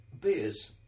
Beers